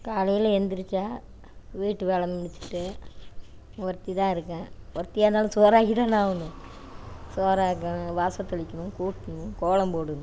காலையில எந்திரிச்சால் வீட்டு வேலை முடிச்சிட்டு ஒருத்தி தான் இருக்கேன் ஒருத்தியாக இருந்தாலும் சோறாக்கி தானே ஆகணும் சோறாக்கணும் வாசல் தெளிக்கணும் கூட்டணும் கோலம் போடணும்